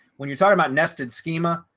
when you're talking about nested schema,